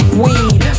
weed